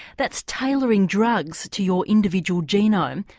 that's tailoring drugs to your individual genome,